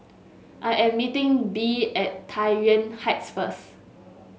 I am meeting Bee at Tai Yuan Heights first